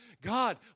God